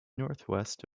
northwest